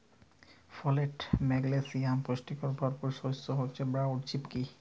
folate, magnesium পুষ্টিতে ভরপুর শস্য হচ্যে ব্রাউল চিকপি